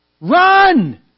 Run